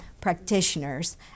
practitioners